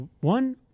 one